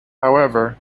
however